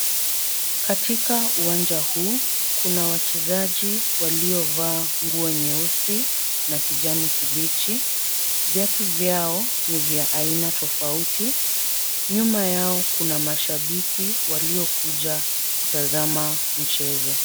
Katika uwanja huu, kuna wachezaji waliovaa nguo nyeusi na kijani kibichi. Viatu vyao ni vya aina tofauti. Nyuma yao kuna mashabiki waliokuja kutazama mchezo.